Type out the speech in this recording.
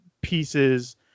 pieces